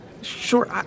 Sure